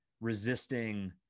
resisting